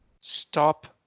stop